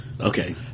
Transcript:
Okay